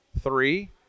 three